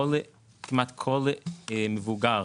מבוגר